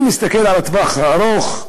אם נסתכל על הטווח הארוך,